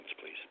please